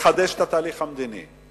לחדש את התהליך המדיני.